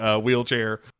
wheelchair